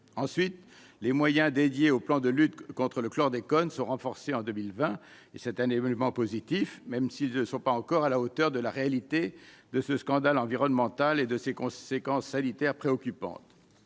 ensuite les moyens dédiés au plan de lutte contre le chlordécone se renforcer en 2020 et c'est un événement positif, même si ce ne sont pas encore à la hauteur de la réalité de ce scandale environnemental et de ses conséquences sanitaires préoccupante